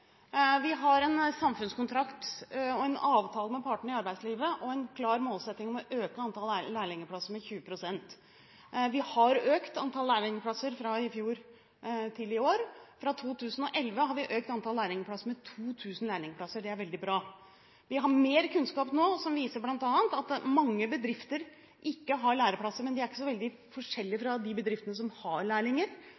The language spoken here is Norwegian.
Vi har en samfunnskontrakt, en avtale med partene i arbeidslivet og en klar målsetting om å øke antall lærlingplasser med 20 pst. Vi har økt antallet lærlingplasser fra i fjor til i år. Fra 2011 har vi økt antallet lærlingplasser med 2 000, og det er veldig bra. Vi har mer kunnskap nå som bl.a. viser at mange bedrifter ikke har læreplasser, men de er ikke så veldig forskjellige